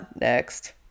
next